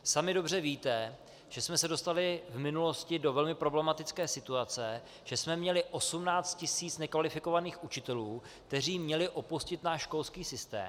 Sami dobře víte, že jsme se dostali v minulosti do velmi problematické situace, že jsme měli 18 tisíc nekvalifikovaných učitelů, kteří měli opustit náš školský systém.